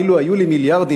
אילו היו לי מיליארדים,